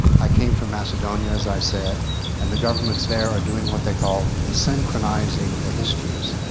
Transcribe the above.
i came from macedonia as i said and the government there are doing what they call synchronizing the histories.